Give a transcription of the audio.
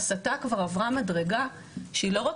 ההסתה כבר עברה מדרגה שהיא לא רק